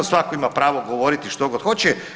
Svatko ima pravo govoriti što god hoće.